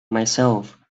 myself